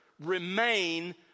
remain